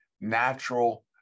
natural